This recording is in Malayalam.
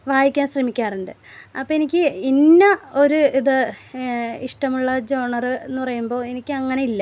വായിക്കാൻ ശ്രമിക്കാറുണ്ട് അപ്പോൾ എനിക്ക് ഇന്ന ഒരു ഇത് ഇഷ്ടമുള്ള ജോണർ എന്ന് പറയുമ്പോൾ എനിക്ക് അങ്ങനെയില്ല